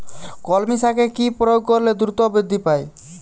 কলমি শাকে কি প্রয়োগ করলে দ্রুত বৃদ্ধি পায়?